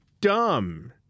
dumb